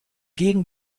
gegen